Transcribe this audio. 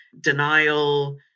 denial